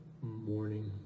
morning